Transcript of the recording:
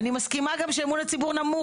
אני מסכימה גם שאמון הציבור נמוך.